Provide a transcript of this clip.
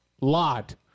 lot